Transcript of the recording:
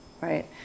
right